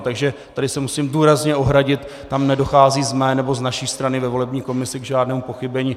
Takže tady se musím důrazně ohradit, tam nedochází z mé nebo z naší strany ve volební komisi k žádnému pochybení.